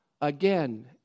again